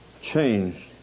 changed